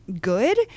good